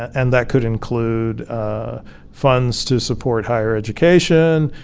and that could include ah funds to support higher education,